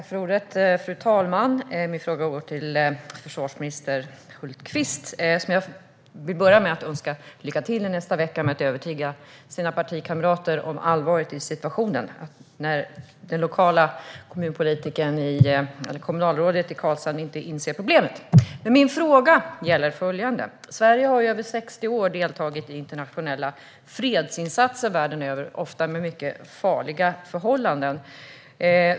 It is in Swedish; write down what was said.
Fru talman! Min fråga går till försvarsminister Hultqvist. Jag vill börja med att önska lycka till nästa vecka med att övertyga partikamraterna om allvaret i situationen, när kommunalrådet i Karlshamn inte inser problemet. Min fråga gäller följande: Sverige har i över 60 år deltagit i internationella fredsinsatser världen över, ofta under mycket farliga förhållanden.